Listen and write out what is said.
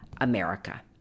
America